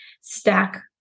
Stack